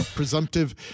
Presumptive